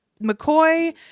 McCoy